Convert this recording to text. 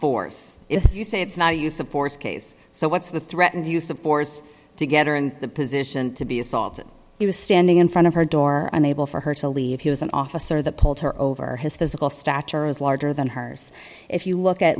force if you say it's not use of force case so what's the threat and use of force to get her in the position to be assaulted he was standing in front of her door unable for her to leave he was an officer that pulled her over his physical stature is larger than hers if you look at